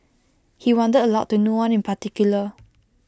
he wondered aloud to no one in particular